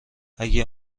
اگه